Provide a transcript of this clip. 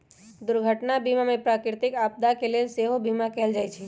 दुर्घटना बीमा में प्राकृतिक आपदा के लेल सेहो बिमा कएल जाइ छइ